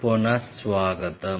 పునఃస్వాగతం